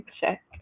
check